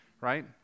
right